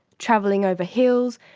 travelling over hills,